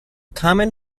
common